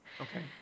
Okay